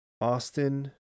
Austin